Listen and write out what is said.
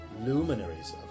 luminaries